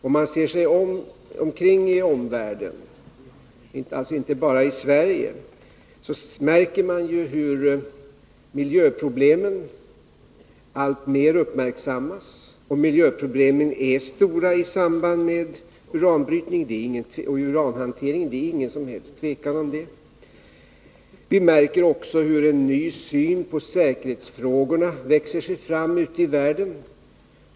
Om vi går utanför Sverige och ser oss omkring i omvärlden, märker vi hur miljöproblemen uppmärksammas alltmer. Och miljöproblemen är stora i samband med uranbrytning och uranhantering — det råder inget som helst tvivel om det. Vi märker också hur en ny syn på säkerhetsfrågorna växer fram ute i världen.